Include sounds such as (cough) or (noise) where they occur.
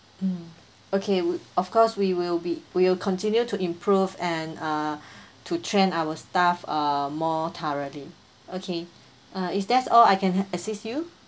um okay we of course we will be we will continue to improve and uh (breath) to train our staff uh more thoroughly okay uh it's that's all I can assist you